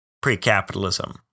pre-capitalism